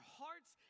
hearts